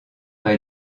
m’a